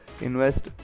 invest